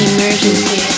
Emergency